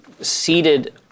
seated